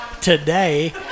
today